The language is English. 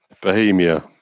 bohemia